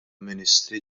ministri